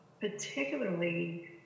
particularly